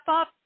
up